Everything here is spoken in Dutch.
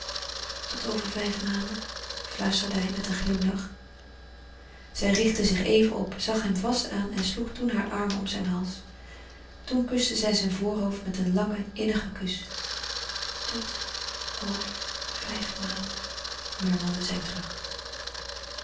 tot over vijf maanden fluisterde hij met een glimlach zij richtte zich even op zag hem vast aan en sloeg toen hare armen om zijn hals toen kuste zij zijn voorhoofd met een langen innigen kus tot over vijf maanden murmelde zij terug